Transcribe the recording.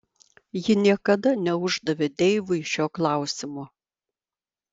ji niekada neuždavė deivui šio klausimo